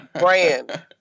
brand